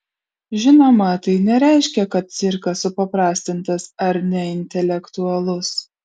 žinoma tai nereiškia kad cirkas supaprastintas ar neintelektualus